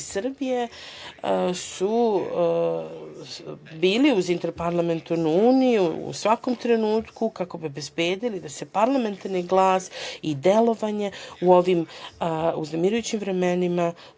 Srbije bili uz Interparlamentarnu uniju u svakom trenutku, kako bi obezbedili da se parlamentarni glas i delovanje u ovim uznemirujućim vremenima